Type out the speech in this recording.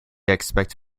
expect